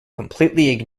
completely